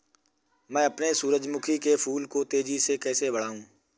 मैं अपने सूरजमुखी के फूल को तेजी से कैसे बढाऊं?